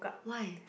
why